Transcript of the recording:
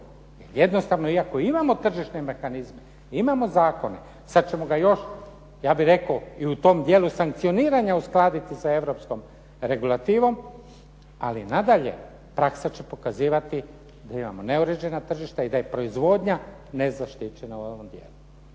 Jer jednostavno ako i imamo tržišne mehanizme, imamo zakone, sada ćemo ga još ja bih rekao i u tome dijelu sankcioniranja uskladiti sa europskom regulativom, ali nadalje praksa će pokazivati da imamo neuređena tržišta i da je proizvodnja nezaštićena u ovom dijelu.